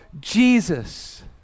Jesus